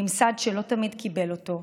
עם ממסד שלא תמיד קיבל אותו,